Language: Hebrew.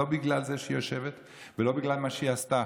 לא בגלל זה שהיא יושבת ולא בגלל מה שהיא עשתה,